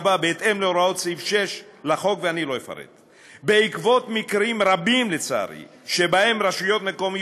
מגיל בית-ספר, ורצוי אפילו מגיל הגן.